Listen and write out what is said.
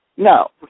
No